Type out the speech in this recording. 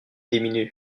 diminuent